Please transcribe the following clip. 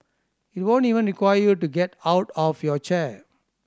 it won't even require you to get out of your chair